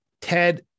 Ted